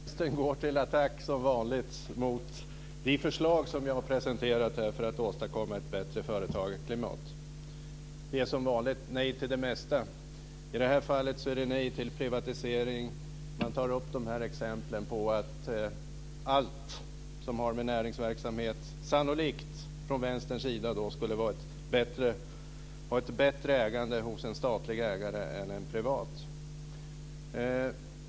Fru talman! Det är inget nytt under solen. Vänstern går till attack som vanligt mot de förslag som jag har presenterat här för att åstadkomma ett bättre företagarklimat. Det är som vanligt nej till det mesta. I det här fallet är det nej till privatisering. Från Vänsterns sida tar man upp de här exemplen på att allt som har med näringsverksamhet att göra sannolikt skulle få ett bättre ägande av en statlig ägare än av en privat.